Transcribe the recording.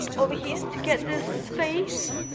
over here, to get this face.